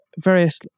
various